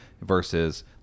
versus